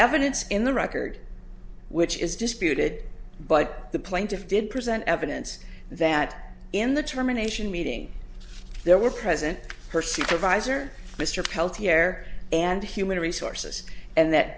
evidence in the record which is disputed but the plaintiff did present evidence that in the termination meeting there were present her supervisor mr peltier air and human resources and that